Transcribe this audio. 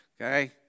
Okay